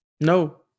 No